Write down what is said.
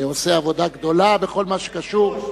שעושה עבודה גדולה בכל מה שקשור,